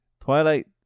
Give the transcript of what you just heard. Twilight